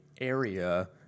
area